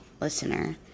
listener